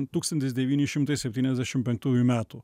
tūkstantis devyni šimtai septyniasdešim penktųjų metų